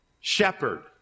shepherd